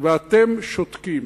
ואתם שותקים.